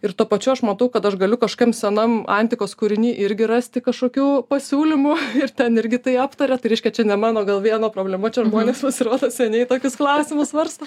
ir tuo pačiu aš matau kad aš galiu kažkokiam senam antikos kūriny irgi rasti kažkokių pasiūlymų ir ten irgi tai aptaria tai reiškia čia ne mano gal vieno problema čia žmonės pasirodo seniai tokius klausimus svarsto